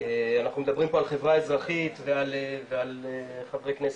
אנחנו מדברים פה על חברה אזרחית ועל חברי כנסת,